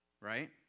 Right